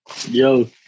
Yo